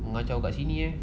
macam kat sini